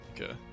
Okay